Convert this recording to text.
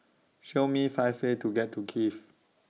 Show Me five ways to get to Kiev